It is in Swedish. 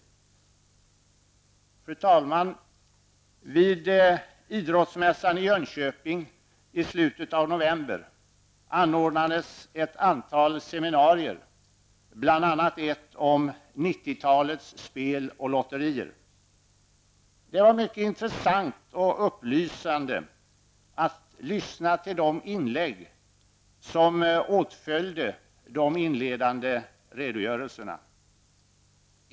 Fru talman! Vid idrottsmässan i Jönköping i slutet av november anordnades ett antal seminarier bl.a. ett om ''90-talets spel och lotterier''. Det var mycket intressant och upplysande att lyssna till de inlägg som åtföljde de inledande redogörelserna.